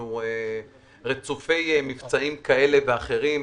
אנחנו רצופי מבצעים כאלה ואחרים,